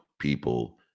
people